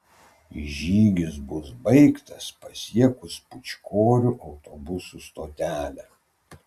žygis bus baigtas pasiekus pūčkorių autobusų stotelę